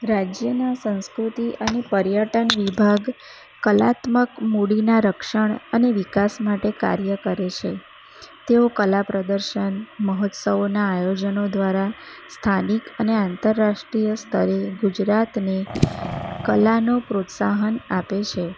રાજ્યના સંસ્કૃતિ અને પર્યટન વિભાગ કલાત્મક મૂડીના રક્ષણ અને વિકાસ માટે કાર્ય કરે છે તેઓ કલાપ્રદર્શન મહોત્સવોના આયોજનો દ્રારા સ્થાનિક અને આતંરરાષ્ટીય સ્તરે ગુજરાતને કલાનો પ્રોત્સાહન આપે છે